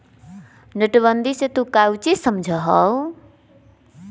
नोटबंदीया से तू काउची समझा हुँ?